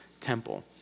temple